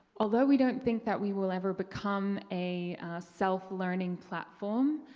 although, we don't think that we will ever become a self-learning platform.